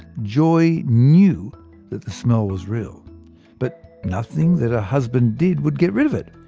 joy knew that the smell was real but nothing that her husband did would get rid of it.